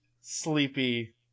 sleepy